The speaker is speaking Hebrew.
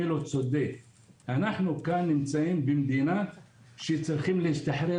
אנחנו נמצאים במדינה שצריכים להשתחרר